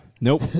Nope